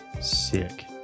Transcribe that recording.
Sick